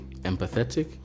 empathetic